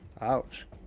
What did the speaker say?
Ouch